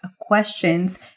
questions